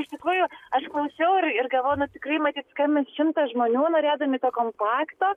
iš tikrųjų aš klausiau ir ir galvojau nu tikrai matyt skambins šimtas žmonių norėdami to kompakto